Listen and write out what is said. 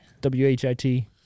W-H-I-T